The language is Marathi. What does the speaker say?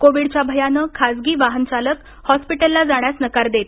कोविड च्या भयानं खासगी वाहन चालक हॉस्पिटलला जाण्यास नकार देत